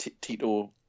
Tito